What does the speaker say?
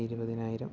ഇരുപതിനായിരം